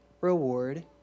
reward